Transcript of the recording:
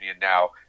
now